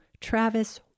Travis